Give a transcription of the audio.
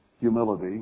humility